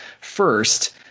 first